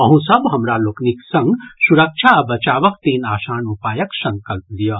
अहूँ सभ हमरा लोकनि संग सुरक्षा आ बचावक तीन आसान उपायक संकल्प लियऽ